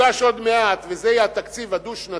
תוגש עוד מעט, וזה יהיה התקציב הדו-שנתי,